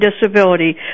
disability